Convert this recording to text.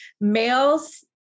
Males